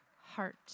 heart